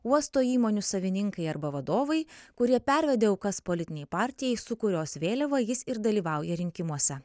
uosto įmonių savininkai arba vadovai kurie pervedė aukas politinei partijai su kurios vėliava jis ir dalyvauja rinkimuose